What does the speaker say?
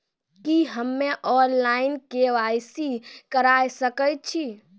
की हम्मे online, KYC करा सकैत छी?